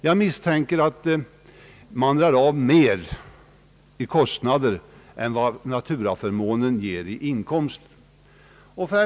Jag misstänker att man drar av mer i kostnader än vad naturaförmånen beskattas för.